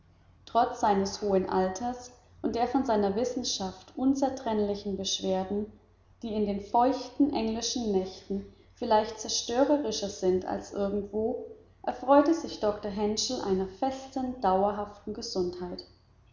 trotz seines hohen alters und der von seiner wissenschaft unzertrennlichen beschwerden die in den feuchten englischen nächten vielleicht zerstörerischer sind als irgendwo erfreute sich doktor herschel einer festen dauerhaften gesundheit